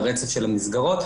ברצף של המסגרות,